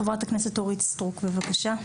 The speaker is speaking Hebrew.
חברת הכנסת אורית סטרוק, בבקשה.